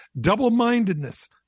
double-mindedness